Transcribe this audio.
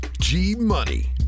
G-Money